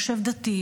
יושב דתי,